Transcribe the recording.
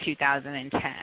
2010